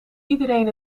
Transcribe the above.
iedereen